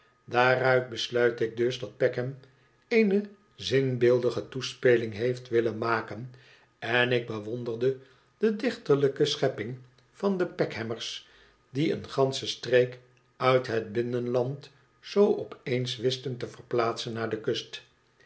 daaruit besluit ik dus dat peckham eene zinnebeeldige toespeling heeft willen maken en ik bewonderde de dichterlijke schepping van de peckhammers die een gansche streek uit het binnenland zoo op eens wisten te verplaatsen naar de kust